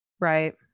right